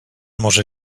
może